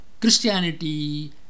Christianity